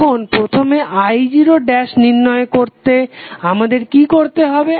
এখন প্রথমে i0 নির্ণয় করতে আমাদের কি করতে হবে